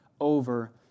over